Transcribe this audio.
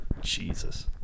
Jesus